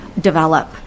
develop